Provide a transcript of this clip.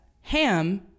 Ham